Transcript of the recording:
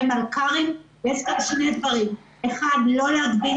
מלכ"רים יש רק שני דברים: אחד לא להגביל,